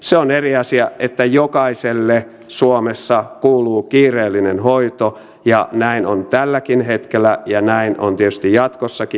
se on eri asia että jokaiselle suomessa kuuluu kiireellinen hoito ja näin on tälläkin hetkellä ja näin on tietysti jatkossakin